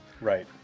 right